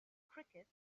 crickets